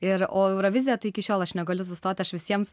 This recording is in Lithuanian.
ir o eurovizija tai iki šiol aš negaliu sustoti aš visiems